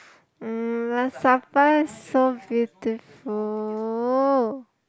mm but Sapa is so beautiful~